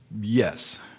yes